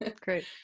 Great